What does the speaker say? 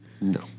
No